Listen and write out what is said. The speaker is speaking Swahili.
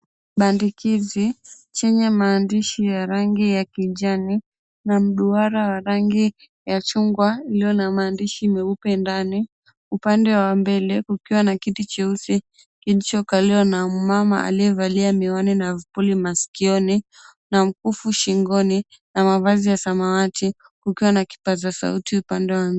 Maandikizi chini ya maandishi ya rangi ya kijani na duara ya rangi ya chungwa iliyo na maandishi meupe ndani, upande wa mbele kukiwa na kiti cheusi kilichokaliwa na mama aliyevalia miwani na vipuli masikioni na mkufu shingoni, na mavazi ya samawati, kukiwa na kipaza sauti upande wa mbele.